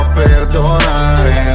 perdonare